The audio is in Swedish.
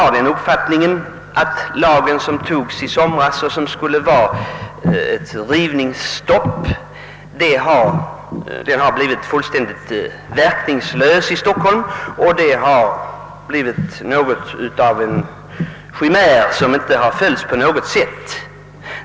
Jag anser att den lag, som trädde i kraft i somras och som skulle leda till rivningsstopp, har blivit helt verkningslös i Stockholm — den har inte alls följts och därför blivit en chimär.